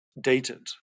dated